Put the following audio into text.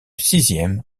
sixième